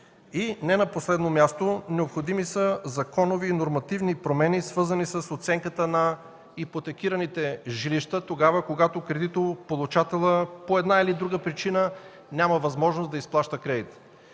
Не на последно място, необходими са законови и нормативни промени, свързани с оценката на ипотекираните жилища, когато кредитополучателят по една или друга причина няма възможност да изплаща кредита.